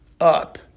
up